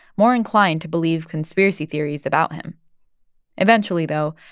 more inclined to believe conspiracy theories about him eventually, though,